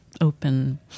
open